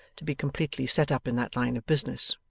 to be completely set up in that line of business.